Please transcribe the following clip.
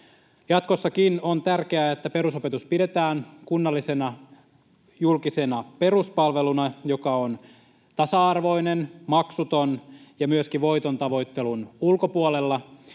Jatkossakin on tärkeää, että perusopetus pidetään kunnallisena julkisena peruspalveluna, joka on tasa-arvoinen, maksuton ja myöskin voiton tavoittelun ulkopuolella.